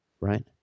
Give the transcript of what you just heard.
right